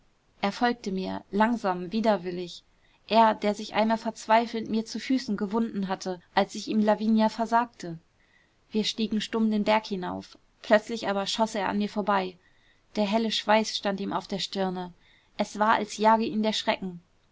er folgte mir langsam widerwillig er der sich einmal verzweifelnd mir zu füßen gewunden hatte als ich ihm lavinia versagte wir stiegen stumm den berg hinauf plötzlich aber schoß er an mir vorbei der helle schweiß stand ihm auf der stirne es war als jage ihn der schrecken